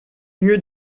lieu